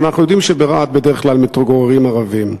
אבל אנחנו יודעים שברהט בדרך כלל מתגוררים ערבים.